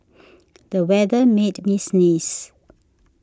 the weather made me sneeze